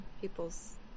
people's